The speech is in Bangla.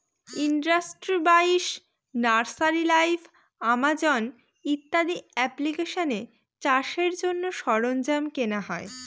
ইন্ডাস্ট্রি বাইশ, নার্সারি লাইভ, আমাজন ইত্যাদি এপ্লিকেশানে চাষের জন্য সরঞ্জাম কেনা হয়